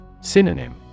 Synonym